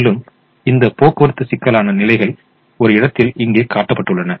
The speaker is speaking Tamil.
மேலும் இந்த போக்குவரத்து சிக்கலான நிலைகள் ஒரு இடத்தில இங்கே காட்டப்பட்டுள்ளன